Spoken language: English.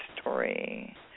story